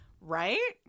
Right